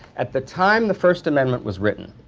at the time the first amendment was written,